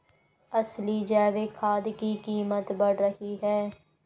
असली जैविक खाद की कीमत बढ़ रही है